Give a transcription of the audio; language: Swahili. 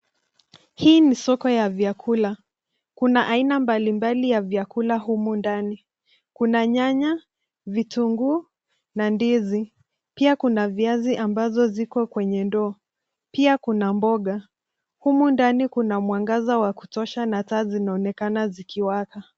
Hii ni soko ya vyakula. Kuna aina mbalimbali ya vyakula humu ndani. Kuna nyanya, vitunguu na ndizi, pia kuna viazi ambazo ziko kwenye ndoo. Pia kuna mboga. Humu ndani kuna mwangaza wa kutosha na taa zinaonekana zikiwaka.